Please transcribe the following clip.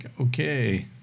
okay